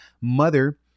mother